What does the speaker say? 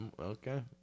Okay